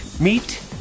Meet